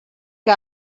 que